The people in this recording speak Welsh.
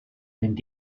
mynd